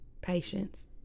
patience